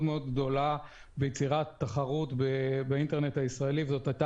מאוד גדולה ביצירת תחרות באינטרנט הישראלי וזאת הייתה